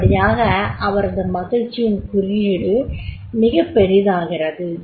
இப்படியாக அவரது மகிழ்ச்சியின் குறியீடு மிகப் பெரிதாகிறது